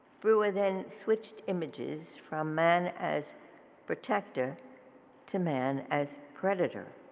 brewer then switched images from man as protector to man as predator.